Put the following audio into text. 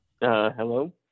hello